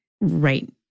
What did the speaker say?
right